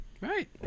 right